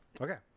Okay